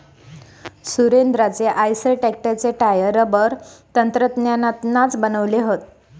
सुरेंद्राचे आईसर ट्रॅक्टरचे tyre rubber तंत्रज्ञानातनाच बनवले हत